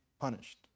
punished